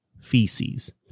feces